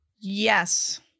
Yes